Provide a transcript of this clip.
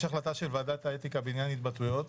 החלטה של ועדת האתיקה בעניין התבטאויות,